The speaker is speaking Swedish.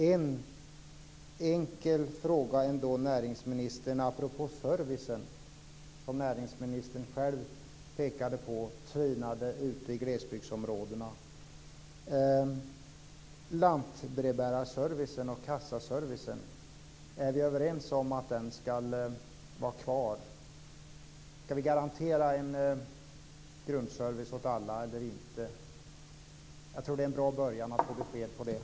En enkel fråga till näringsministern apropå servicen som, vilket näringsministern påpekade, tvinar ut i glesbygdsområdena: Är vi överens om att lantbrevbärarservicen och kassaservicen skall vara kvar? Skall vi garanterna en grundservice åt alla eller inte? Det är en bra början att få besked på detta.